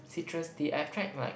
citrus tea I've tried like